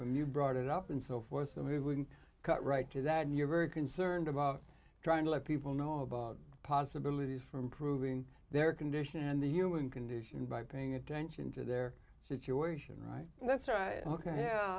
wampum you brought it up and so forth so we wouldn't cut right to that and you're very concerned about trying to let people know about possibilities for improving their condition and the human condition by paying attention to their situation right and that's